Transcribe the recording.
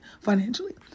financially